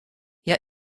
hja